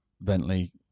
Bentley